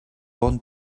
bon